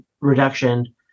reduction